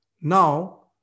Now